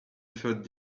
third